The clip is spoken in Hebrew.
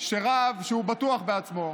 שרב שהוא בטוח בעצמו,